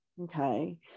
okay